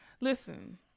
Listen